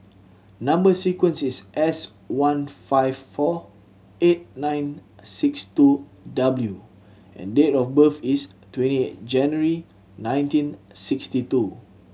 number sequence is S one five four eight nine six two W and date of birth is twenty eight January nineteen sixty two